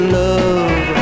love